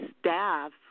staff